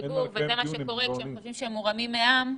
מהציבור וזה מה שקורה כשהם חושבים שהם מורמים מעם.